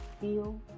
feel